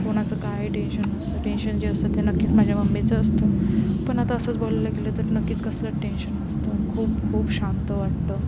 कोणाचं काय टेन्शन नसतं टेन्शन जे असतं ते नक्कीच माझ्या मम्मीचं असतं पण आता असंच बोललं गेलं तर नक्कीच कसलंच टेन्शन नसतं खूप खूप शांत वाटतं